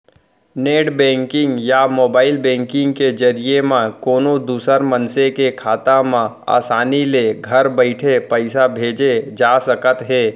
net banking या mobile banking के जरिए म कोनों दूसर मनसे के खाता म आसानी ले घर बइठे पइसा भेजे जा सकत हे